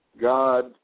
God